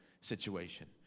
situation